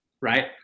right